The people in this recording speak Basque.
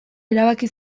erabaki